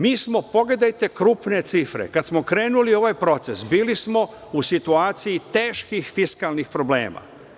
Mi smo, pogledajte krupne cifre, kad smo krenuli u ovaj proces, bili smo u situaciji teških fiskalnih problema.